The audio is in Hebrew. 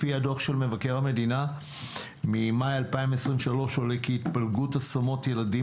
לפי הדוח של מבקר המדינה ממאי 2023 עולה כי התפלגות השמות ילדים